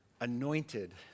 Anointed